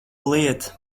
lieta